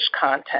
content